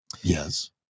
Yes